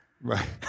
Right